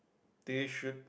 they should